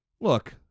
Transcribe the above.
Look